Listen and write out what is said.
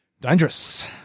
Dangerous